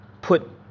put